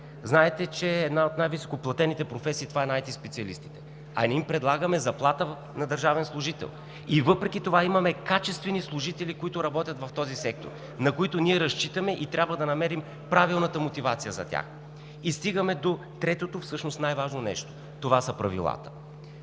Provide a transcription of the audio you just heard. знаете, че една от най-високоплатените професии е на IT-специалистите, а ние им предлагаме заплата на държавен служител. Въпреки това имаме качествени служители, които работят в този сектор, на които ние разчитаме и трябва да намерим правилната мотивация за тях. Стигаме до третото, най-важно нещо: това са правилата,